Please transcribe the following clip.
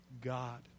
God